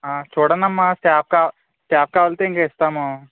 చూడండమ్మా staff staff కావాల్తే ఇంకా ఇస్తాము